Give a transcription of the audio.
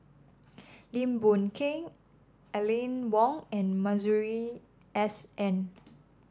Lim Boon Keng Aline Wong and Masuri S N